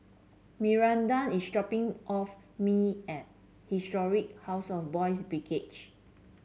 Miranda is dropping off me at Historic House of Boys' Brigade